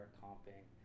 comping